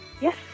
Yes